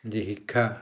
যি শিক্ষা